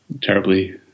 terribly